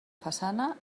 façana